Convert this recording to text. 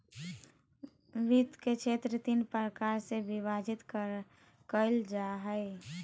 वित्त के क्षेत्र तीन प्रकार से विभाजित कइल जा हइ